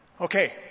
Okay